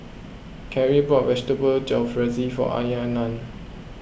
Karie bought Vegetable Jalfrezi for Aryanna